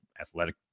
athletic